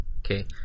okay